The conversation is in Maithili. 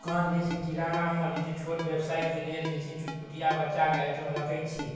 दोकान जे छै किरानामे जे छै छोट बेबसाइके लेल जे छै चुटपुटिआ बच्चाके आइटम रखै छी